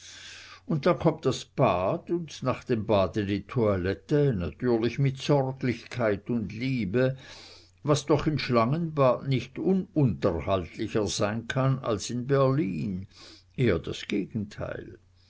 und dann kommt das bad und nach dem bade die toilette natürlich mit sorglichkeit und liebe was doch in schlangenbad nicht ununterhaltlicher sein kann als in berlin eher das gegenteil